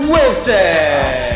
Wilson